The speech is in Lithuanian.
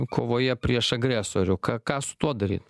kovoje prieš agresorių ką ką su tuo daryt